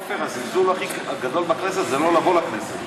עפר, הזלזול הכי גדול בכנסת זה לא לבוא לכנסת.